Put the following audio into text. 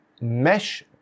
mesh